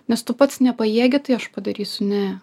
nes tu pats nepajėgi tai aš padarysiu ne